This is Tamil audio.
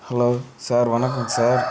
ஹலோ சார் வணக்கம் சார்